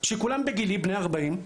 שכולם בגילי בני 40,